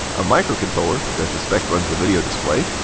a micro controller, which i suspect runs the video display.